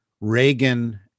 Reagan